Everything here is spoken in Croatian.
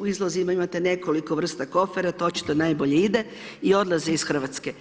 u izlozima imate nekoliko vrsta kofera, to očito najbolje ide i odlaze iz Hrvatske.